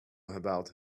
about